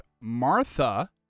Martha